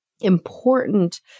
important